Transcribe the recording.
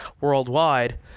worldwide